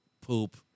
poop